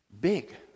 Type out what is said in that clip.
big